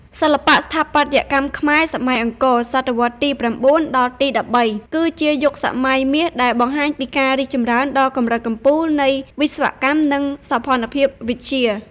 សិល្បៈស្ថាបត្យកម្មខ្មែរសម័យអង្គរ (សតវត្សរ៍ទី៩ ដល់ ទី១៣) គឺជាយុគសម័យមាសដែលបង្ហាញពីការរីកចម្រើនដល់កម្រិតកំពូលនៃវិស្វកម្ម និងសោភ័ណភាពវិទ្យា។